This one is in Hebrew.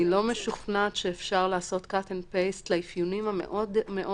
אני לא משוכנעת שאפשר לעשות cut and paste לאפיונים המאוד מאוד